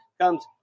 comes